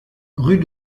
rue